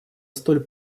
столь